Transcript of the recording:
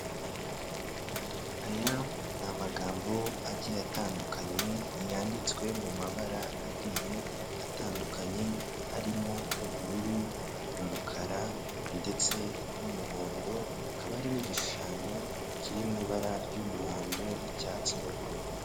Aya ni amagambo agiye atandukanye, yanditswe mu mabara agiye atandukanye, harimo ubururu, umukara ndetse n'umuhondo, hakaba hari n'igishushanyo kiri mu ibara ry'umuhondo, icyatsi n'ubururu.